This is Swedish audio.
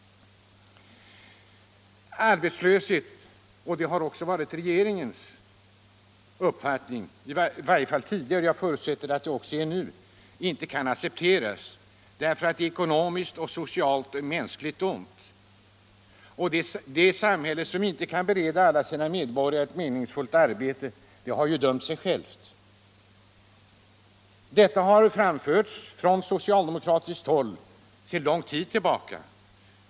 Det har också varit regeringens uppfattning — i varje fall tidigare, och jag förutsätter att det även är det nu — att arbetslöshet inte kan accepteras därför att den är ett ekonomiskt, socialt och mänskligt ont. Det samhälle som inte kan bereda alla sina medborgare ett meningsfullt arbete har dömt sig självt. Detta har framförts från socialdemokratiskt håll sedan lång tid tillbaka.